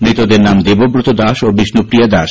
মৃতদের নাম দেবব্রত দাস ও বিষ্ণুপ্রিয়া দাস